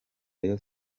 rayon